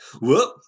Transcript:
whoop